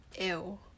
ew